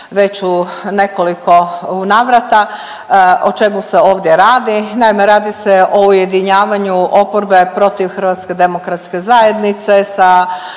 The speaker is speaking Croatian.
već u nekoliko navrata o čemu se ovdje radi. Naime, radi se o ujedinjavanju oporbe protiv HDZ-a sa bez obzira